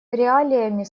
реалиями